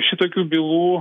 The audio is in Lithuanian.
šitokių bylų